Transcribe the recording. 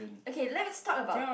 okay let's talk about